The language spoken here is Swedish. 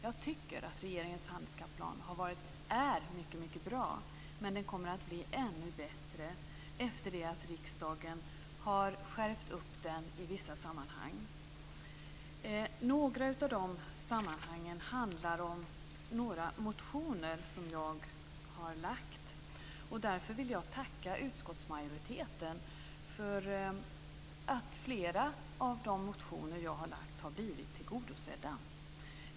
Jag tycker att den är mycket bra men den kommer att bli ännu bättre efter det att riksdagen skärpt upp den i vissa sammanhang. Några av de sammanhangen handlar om några motioner som jag har väckt. Jag vill tacka utskottsmajoriteten för att flera av de motioner som jag väckt har blivit tillgodosedda.